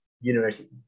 university